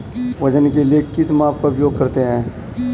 वजन के लिए किस माप का उपयोग करते हैं?